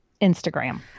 Instagram